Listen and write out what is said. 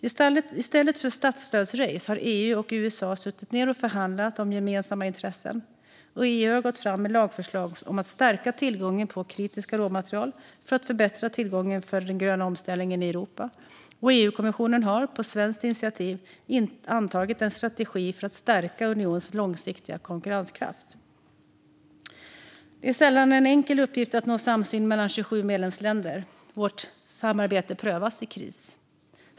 I stället för statsstödsrace har EU och USA suttit ned och förhandlat om gemensamma intressen. EU har gått fram med lagförslag om att stärka tillgången på kritiska råmaterial för att förbättra villkoren för den gröna omställningen i Europa. EU-kommissionen har, på svenskt initiativ, antagit en strategi för att stärka unionens långsiktiga konkurrenskraft. Det är sällan en enkel uppgift att nå samsyn mellan 27 medlemsländer. Vårt samarbete prövas i kris.